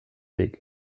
weg